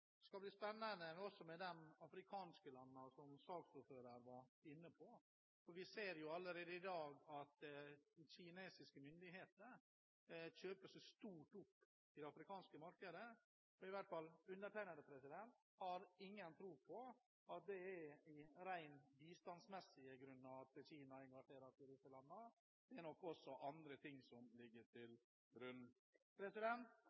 med de afrikanske landene, som saksordføreren var inne på. Vi ser jo allerede i dag at kinesiske myndigheter kjøper seg stort opp i det afrikanske markedet, og jeg har i hvert fall ingen tro på at det er rent bistandsmessige grunner til at Kina engasjerer seg i disse landene. Det er nok også andre ting som ligger